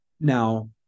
Now